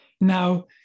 Now